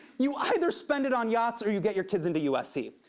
you either spend it on yachts or you get your kids into usc.